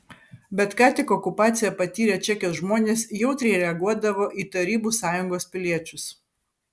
bet ką tik okupaciją patyrę čekijos žmonės jautriai reaguodavo į tarybų sąjungos piliečius